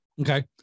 Okay